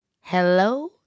Hello